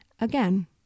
again